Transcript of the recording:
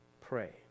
pray